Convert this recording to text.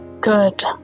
Good